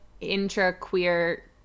intra-queer